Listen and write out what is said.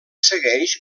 segueix